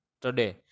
Today